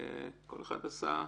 וכל אחד עשה...